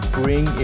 bring